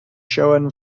shown